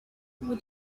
would